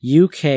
UK